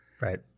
right